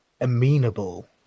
amenable